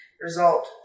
result